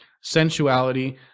sensuality